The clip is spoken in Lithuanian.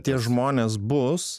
tie žmonės bus